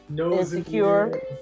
Insecure